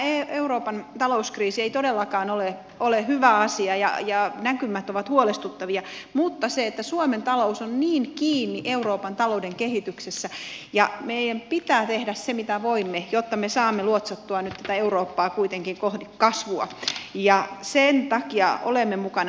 tämä euroopan talouskriisi ei todellakaan ole hyvä asia ja näkymät ovat huolestuttavia mutta suomen talous on niin kiinni euroopan talouden kehityksessä ja meidän pitää tehdä se mitä voimme jotta me saamme luotsattua nyt tätä eurooppaa kuitenkin kohti kasvua ja sen takia olemme mukana